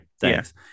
Thanks